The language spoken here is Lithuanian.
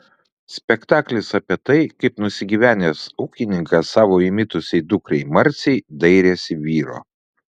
spektaklis apie tai kaip nusigyvenęs ūkininkas savo įmitusiai dukrai marcei dairėsi vyro